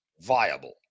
viable